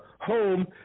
home